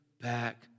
back